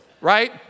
right